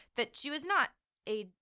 that she was not a,